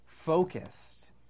focused